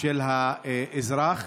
של האזרח,